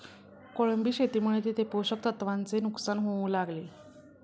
कोळंबी शेतीमुळे तिथे पोषक तत्वांचे नुकसान होऊ लागले